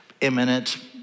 imminent